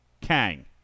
Kang